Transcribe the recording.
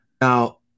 Now